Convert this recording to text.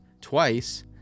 twice